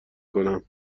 کنم